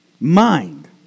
mind